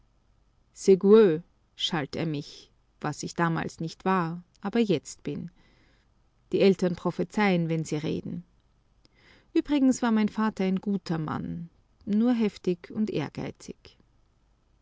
gueux schalt er mich was ich damals nicht war aber jetzt bin die eltern prophezeien wenn sie reden übrigens war mein vater ein guter mann nur heftig und ehrgeizig